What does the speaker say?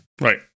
Right